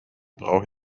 brauche